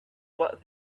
what